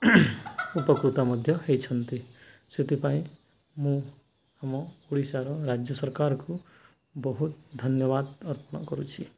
ଉପକୃତ ମଧ୍ୟ ହେଇଛନ୍ତି ସେଥିପାଇଁ ମୁଁ ଆମ ଓଡ଼ିଶାର ରାଜ୍ୟ ସରକାରକୁ ବହୁତ ଧନ୍ୟବାଦ ଅର୍ପଣ କରୁଛି